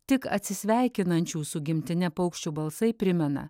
tik atsisveikinančių su gimtine paukščių balsai primena